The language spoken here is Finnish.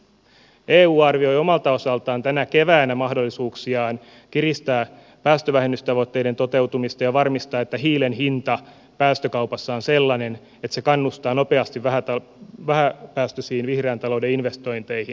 eu arvioi omalta osaltaan tänä keväänä mahdollisuuksiaan kiristää päästövähennystavoitteiden toteutumista ja varmistaa että hiilen hinta päästökaupassa on sellainen että se kannustaa nopeasti vähäpäästöisiin vihreän talouden investointeihin